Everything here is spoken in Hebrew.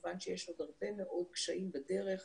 כמובן שיש עוד הרבה מאוד קשיים בדרך.